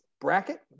bracket